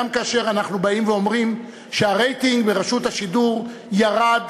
גם כאשר אנחנו באים ואומרים שהרייטינג ברשות השידור ירד,